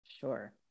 Sure